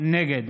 נגד